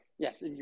Yes